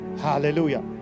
Hallelujah